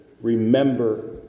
Remember